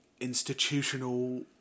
institutional